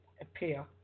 appear